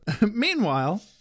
Meanwhile